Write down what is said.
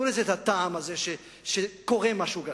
תנו לזה את הטעם הזה שקורה משהו גדול.